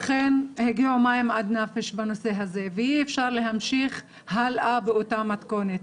אכן הגיעו מים עד נפש בנושא הזה ואי אפשר להמשיך הלאה באותה מתכונת.